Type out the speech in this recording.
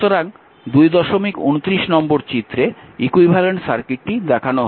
সুতরাং 229 নম্বর চিত্রে ইকুইভ্যালেন্ট সার্কিটটি দেখানো হয়েছে